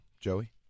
Joey